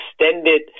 extended